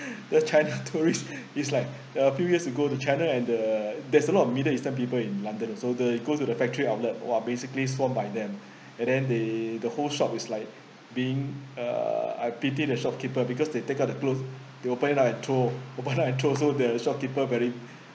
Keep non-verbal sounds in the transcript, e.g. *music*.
*breath* the china tourists is like a few years ago the china and the there's a lot of middle eastern people in london uh so they go to the factory outlet !wah! basically swarmed by them and then they the whole shop is like being uh I pity the shopkeeper because they take out the clothes they open it out and throw open it out and throw so the shopkeeper very